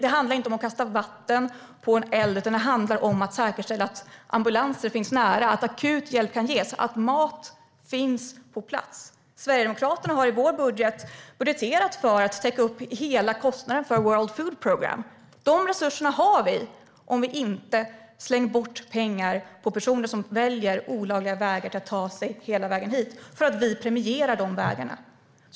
Det handlar inte om att kasta vatten på en eld, utan det handlar om att säkerställa att ambulanser finns nära, att akut hjälp kan ges och att mat finns på plats. Vi i Sverigedemokraterna har budgeterat för att täcka upp hela kostnaden för World Food Programme. De resurserna har vi, om vi inte slänger bort pengar på personer som väljer olagliga vägar för att ta sig hela vägen hit därför att vi premierar de vägarna.